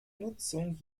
nutzung